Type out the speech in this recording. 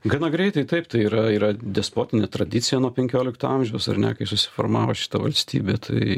gana greitai taip tai yra yra despotinė tradicija nuo penkiolikto amžiaus ar ne kai susiformavo šita valstybė tai